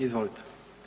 Izvolite.